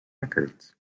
records